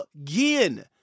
again